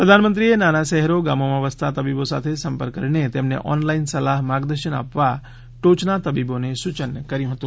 પ્રધાનમંત્રીએ નાના શહેરી ગામોમાં વસતા તબીબો સાથે સંપર્ક કરીને તેમને ઓનલાઇન સલાહ્ માર્ગદર્શન આપવા ટોચના તબીબોને સૂચન કર્યું હતું